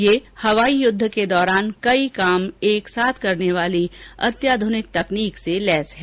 यह हवाई युद्ध के दौरान कई काम एक साथ कर सकने वाली अत्याधुनिक तकनीक से लैस है